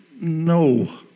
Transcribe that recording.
no